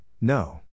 No